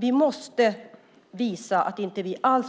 Vi måste visa att vi inte alls